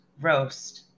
roast